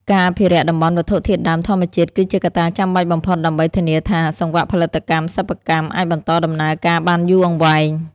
ការអភិរក្សតំបន់វត្ថុធាតុដើមធម្មជាតិ គឺជាកត្តាចាំបាច់បំផុតដើម្បីធានាថា សង្វាក់ផលិតកម្មសិប្បកម្មអាចបន្តដំណើរការបានយូរអង្វែង។